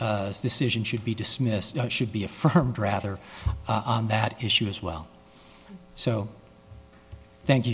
a decision should be dismissed should be affirmed rather on that issue as well so thank you